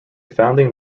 founding